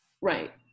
right